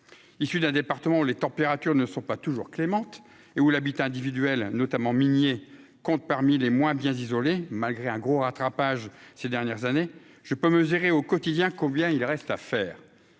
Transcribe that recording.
issu d'un département où les températures ne sont pas toujours clémente et où l'habitat individuel notamment minier comptent parmi les moins bien isolés malgré un gros rattrapage ces dernières années, je peux mesurer au quotidien combien il reste à faire